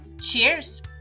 Cheers